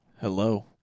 hello